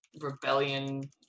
rebellion